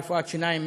רפואת שיניים,